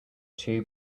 two